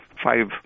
five